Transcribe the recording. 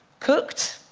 cooked,